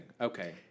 Okay